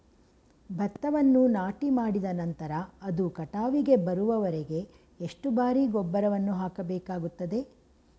ಭತ್ತವನ್ನು ನಾಟಿಮಾಡಿದ ನಂತರ ಅದು ಕಟಾವಿಗೆ ಬರುವವರೆಗೆ ಎಷ್ಟು ಬಾರಿ ಗೊಬ್ಬರವನ್ನು ಹಾಕಬೇಕಾಗುತ್ತದೆ?